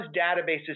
databases